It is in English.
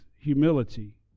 humility